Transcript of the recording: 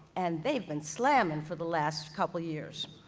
and they've been slammin' for the last couple years.